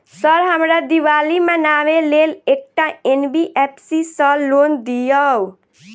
Sir हमरा दिवाली मनावे लेल एकटा एन.बी.एफ.सी सऽ लोन दिअउ?